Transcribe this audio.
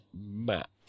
map